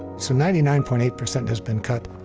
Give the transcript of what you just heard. so, ninety nine point eight percent has been cut.